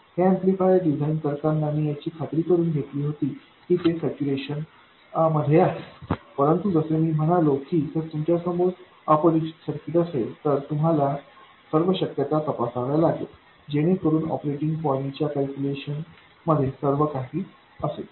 हे amplifier design करताना मी याची खात्री करुन घेतली होती की ते सैच्यूरेशन आहे परंतु जसे मी म्हणालो की जर तुमच्या समोर अपरिचित सर्किट असेल तर तुम्हाला सर्व शक्यता तपासाव्या लागेल जेणेकरून ऑपरेटिंग पॉईंटच्या कॅल्क्युलेशन मध्ये सर्व काही असेल